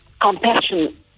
compassion